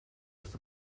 wrth